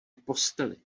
posteli